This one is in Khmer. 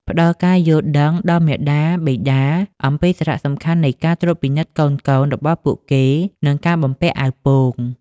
ផ្តល់ការយល់ដឹងដល់មាតាបិតាអំពីសារៈសំខាន់នៃការត្រួតពិនិត្យកូនៗរបស់ពួកគេ និងការបំពាក់អាវពោង។